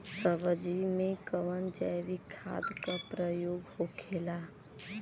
सब्जी में कवन जैविक खाद का प्रयोग होखेला?